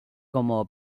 como